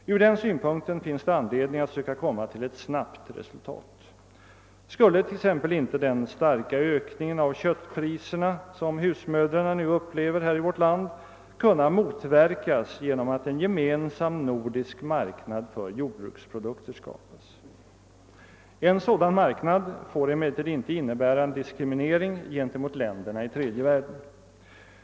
Från den synpunkten är det anledning att söka komma till ett snabbt resultat. Skulle t.ex. inte den kraftiga ökning av köttpriserna, som husmödrarna i vårt land upplever, kunna motverkas genom att en gemensam nordisk marknad för jordbruksprodukter skapas? En sådan marknad får emellertid inte innebära en diskriminering gentemot länderna i tredje världen.